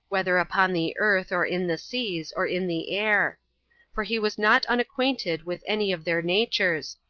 whether upon the earth, or in the seas, or in the air for he was not unacquainted with any of their natures,